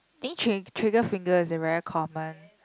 think trigger fingers is a very common